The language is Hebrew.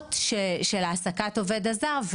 נלוות של העסקת העובד הזר.